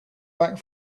back